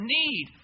need